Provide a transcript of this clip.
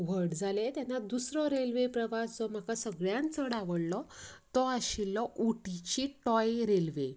व्हड जालें तेन्ना दुसरो रेल्वे प्रवास जो म्हाका सगळ्यांत चड आवडलो तो आशिल्लो उटिचीं टॉय रेल्वे